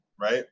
right